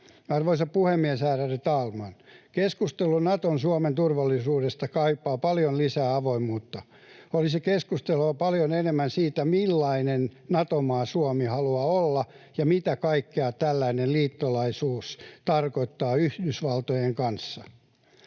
Arvoisa puhemies, ärade talman! Keskustelu Nato-Suomen turvallisuudesta kaipaa paljon lisää avoimuutta. Olisi keskusteltava paljon enemmän siitä, millainen Nato-maa Suomi haluaa olla ja mitä kaikkea tällainen liittolaisuus Yhdysvaltojen kanssa